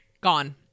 gone